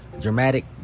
dramatic